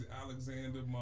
Alexander